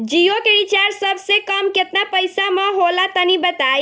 जियो के रिचार्ज सबसे कम केतना पईसा म होला तनि बताई?